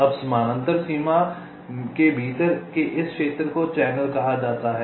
अब समानांतर सीमा के भीतर के इस क्षेत्र को चैनल कहा जाता है